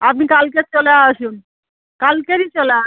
আপনি কালকে চলে আসুন কালকেই চলে আসুন